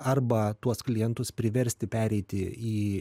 arba tuos klientus priversti pereiti į